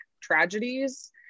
tragedies